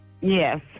Yes